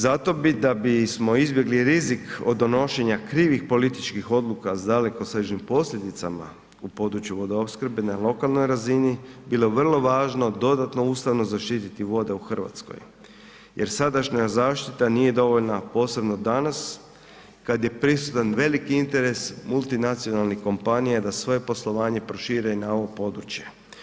Zato bi da bismo izbjegli rizik od donošenja krivih političkih odluka s dalekosežnim posljedicama u području vodoopskrbe na lokalnoj razini bilo vrlo važno dodatno ustavno zaštititi vode u Hrvatskoj jer sadašnja zaštita nije dovoljna a posebno danas kad je prisutan veliki interes multinacionalnih kompanija da svoje poslovanje prošire i na ovo područje.